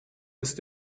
ist